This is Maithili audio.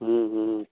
हूँ हूँ